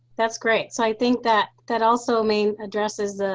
that's great. so i think that that also i mean addresses